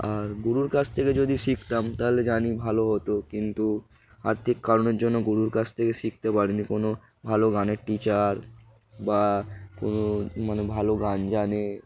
আর গুরুর কাছ থেকে যদি শিখতাম তাহলে জানি ভালো হতো কিন্তু আর্থিক কারণের জন্য গুরুর কাছ থেকে শিখতে পারিনি কোনো ভালো গানের টিচার বা কোনো মানে ভালো গান জানে